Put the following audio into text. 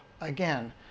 Again